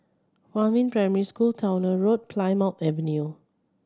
Huamin Primary School Towner Road Plymouth Avenue